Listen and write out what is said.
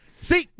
See